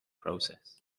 process